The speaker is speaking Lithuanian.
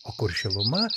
o kur šiluma